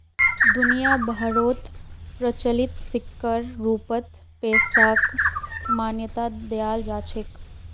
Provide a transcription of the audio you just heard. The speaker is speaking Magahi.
दुनिया भरोत प्रचलित सिक्कर रूपत पैसाक मान्यता दयाल जा छेक